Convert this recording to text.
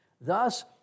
Thus